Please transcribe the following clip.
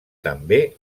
també